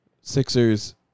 Sixers